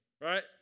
right